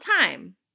time